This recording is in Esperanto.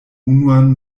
unuan